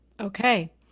Okay